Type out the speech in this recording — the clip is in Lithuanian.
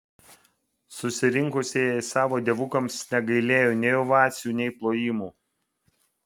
susirinkusieji savo dievukams negailėjo nei ovacijų nei plojimų